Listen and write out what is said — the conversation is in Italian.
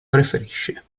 preferisce